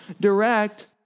direct